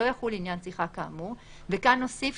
לא יחולו